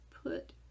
Put